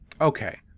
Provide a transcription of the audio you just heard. okay